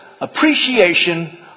appreciation